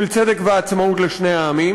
של צדק ועצמאות לשני העמים,